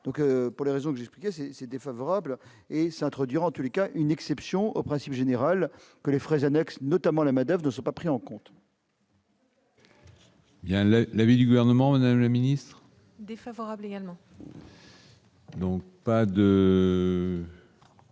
donc, pour les raisons que j'expliquais ces ces défavorable et s'introduire en tous les cas une exception au principe général que les frais annexes, notamment la Madame ne sont pas pris en compte. Il y a là l'avis du gouvernement, le ministre. Défavorable également. Donc pas de